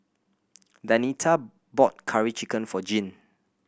Danita bought Curry Chicken for Jeane